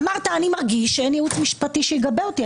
אמרת: אני מרגיש שאין ייעוץ משפטי שיגבה אותי.